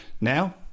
Now